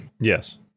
Yes